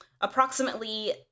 Approximately